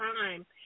time